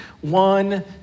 One